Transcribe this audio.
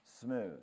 smooth